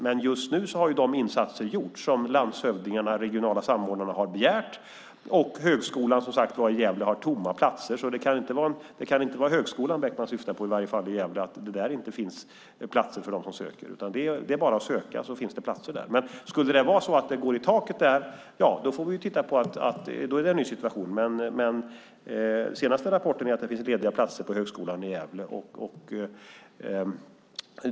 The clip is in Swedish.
Men just nu har de insatser gjorts som landshövdingarna, de regionala samordnarna, har begärt, och Högskolan i Gävle har tomma platser. Det kan inte vara Högskolan i Gävle som Bäckman syftar på i fråga om att det inte skulle finnas platser för dem som söker. Det är bara att söka. Det finns platser där. Men om detta skulle gå i taket är det en ny situation. Men den senaste rapporten är att det finns lediga platser på Högskolan i Gävle.